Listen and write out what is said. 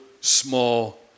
small